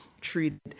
treated